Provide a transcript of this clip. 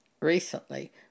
recently